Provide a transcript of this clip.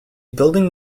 building